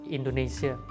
Indonesia